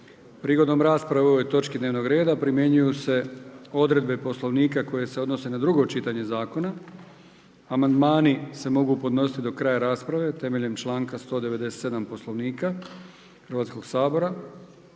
Prigodom rasprave o ovoj točki dnevnog reda primjenjuju se odredbe Poslovnika koje se odnose na drugo čitanje zakona. Amandmani se mogu podnositi do kraja rasprave temeljem članka 197. Poslovnika Hrvatskog sabora.